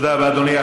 תודה רבה, אדוני.